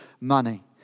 money